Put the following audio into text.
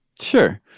Sure